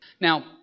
Now